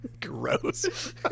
Gross